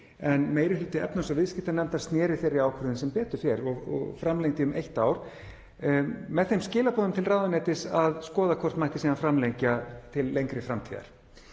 en meiri hluti efnahags- og viðskiptanefndar sneri þeirri ákvörðun, sem betur fer, og framlengdi um eitt ár með þeim skilaboðum til ráðuneytis að skoða hvort mætti síðan framlengja til lengri framtíðar.